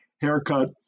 haircut